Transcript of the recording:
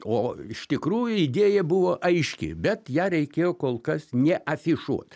o iš tikrųjų idėja buvo aiški bet ją reikėjo kol kas neafišuot